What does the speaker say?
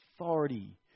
authority